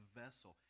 vessel